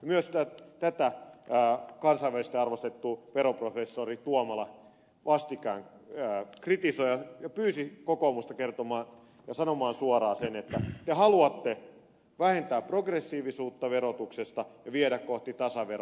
myös tätä kansainvälisesti arvostettu veroprofessori tuomola vastikään kritisoi ja pyysi kokoomusta kertomaan ja sanomaan suoraan sen että te haluatte vähentää progressiivisuutta verotuksesta ja viedä kohti tasaveroa